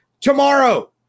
tomorrow